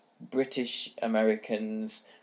British-Americans